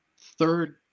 Third